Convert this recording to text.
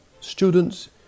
students